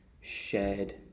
shared